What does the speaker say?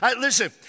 Listen